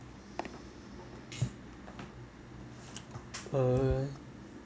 err